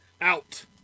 Out